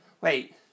Wait